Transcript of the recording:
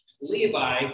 Levi